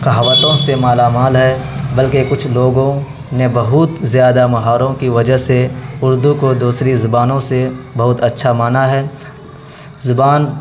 کہاوتوں سے مالامال ہے بلکہ کچھ لوگوں نے بہت زیادہ مہاوروں کی وجہ سے اردو کو دوسری زبانوں سے بہت اچھا مانا ہے زبان